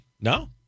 No